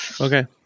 okay